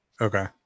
okay